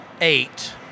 eight